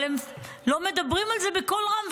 אבל הם לא מדברים על זה בקול רם,